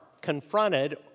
confronted